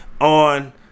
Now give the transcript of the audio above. on